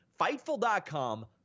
Fightful.com